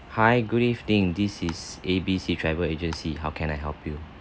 hi good evening this is A B C travel agency how can I help you